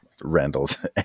Randall's